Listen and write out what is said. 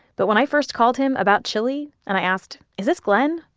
but when i first called him about chili, and i asked, is this glen?